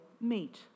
meet